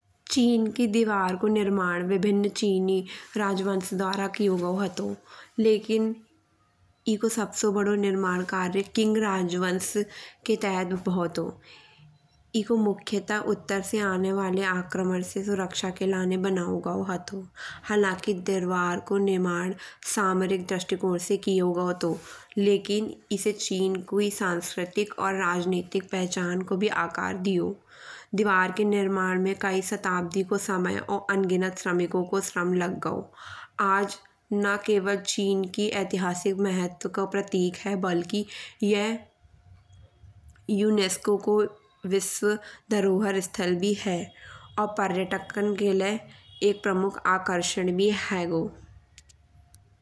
चीन की दीवार को निर्माण विभिन्न चीनी राजवंश द्वारा कियो गाओ हतो। लकिन एगो सबसे बड़ो निर्माण कार्य किंग राजवंश के तहत भाओ तो। एगो मुख्यता उत्तर से आने बाले आक्रमण से सुरक्षा के लाने बनाओ गाओ हतो। हालाकि दरबार को निर्माण सामरिक दृष्टिकोण से कियो गाओ हतो। लकिन एसे चीन को ही सांस्कृतिक और राजनीतिक पहचान को भी आकार दियो। दीवार के निर्माण में कई शताब्दी को समय और अनगिनत श्रमिकों को श्रम लग गाओ। आज ना केवळ चीन की ऐतिहासिक महात्व को प्रतीक है बलकि यह यूनस्को को विश्व धरोहर स्थल भी है। और पर्यटकन के लाए एक प्रमुख आकर्षण भी हगो।